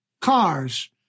Cars